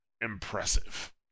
impressive